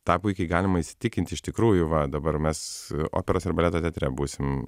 tą puikiai galima įsitikint iš tikrųjų va dabar mes operos ir baleto teatre būsim